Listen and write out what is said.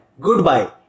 goodbye